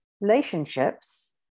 relationships